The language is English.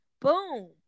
boom